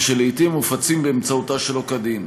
שלעיתים מופצים באמצעותה שלא כדין.